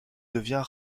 devient